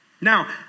Now